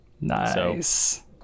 Nice